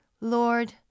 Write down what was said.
Lord